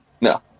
No